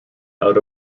out